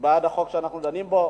בעד החוק שאנחנו דנים בו.